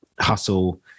hustle